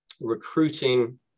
recruiting